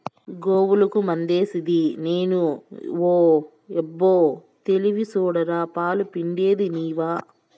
గోవులకి మందేసిది నేను ఓయబ్బో తెలివి సూడరా పాలు పిండేది నీవా